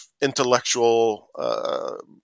intellectual